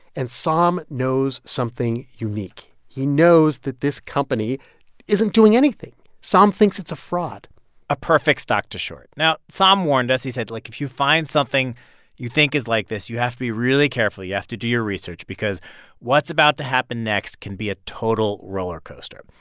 and sahm knows something unique. he knows that this company isn't doing anything. sahm thinks it's a fraud a perfect stock to short. now, sahm warned us. he said, like, if you find something you think is like this, you have to be really careful. you have to do your research because what's about to happen next can be a total roller coaster,